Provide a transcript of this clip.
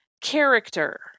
character